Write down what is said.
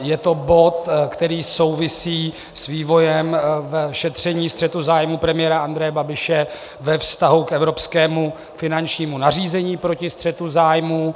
Je to bod, který souvisí s vývojem šetření střetu zájmů premiéra Andreje Babiše ve vztahu k evropskému finančnímu nařízení proti střetu zájmů.